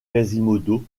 quasimodo